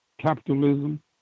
Capitalism